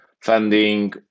funding